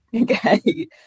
okay